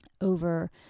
over